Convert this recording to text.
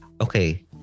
okay